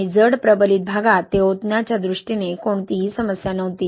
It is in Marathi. आणि जड प्रबलित भागात ते ओतण्याच्या दृष्टीने कोणतीही समस्या नव्हती